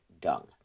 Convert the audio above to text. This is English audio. dung